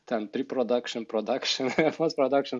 ten pre production production ir post production